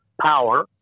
power